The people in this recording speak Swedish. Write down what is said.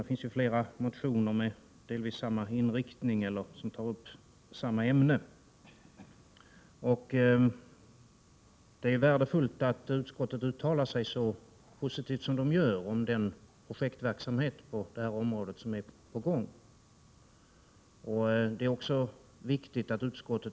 Det finns flera motioner med delvis samma inriktning och motioner sor tar upp samma ämne. Det är värdefullt att utskottet uttalar sig så positivt om den projektverksamhet som nu är på gång på detta område.